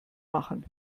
machen